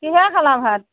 কিহেৰে খালা ভাত